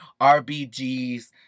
RBG's